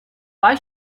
why